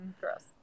gross